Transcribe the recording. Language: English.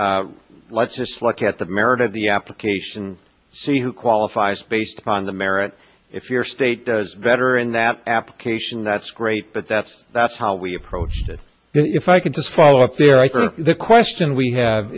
look let's just look at the merit of the application see who qualifies based upon the merit if your state does better in that application that's great but that's that's how we approached it if i could just follow up there right for the question we have